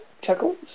Chuckles